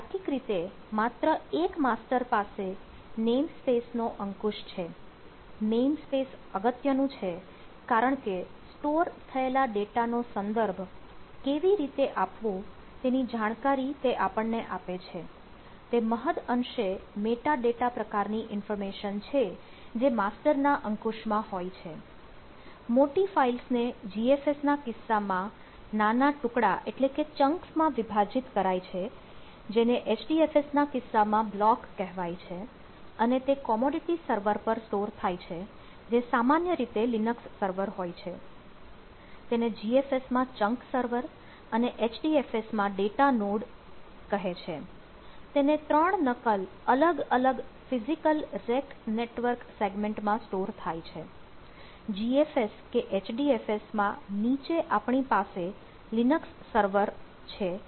તો તાર્કિક રીતે માત્ર એક માસ્ટર પાસે નેમ સ્પેસ છે અને ડેટા નો મુખ્ય કબજો તેની પાસે છે